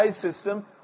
system